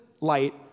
light